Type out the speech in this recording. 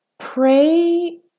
pray